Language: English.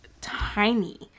tiny